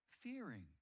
fearing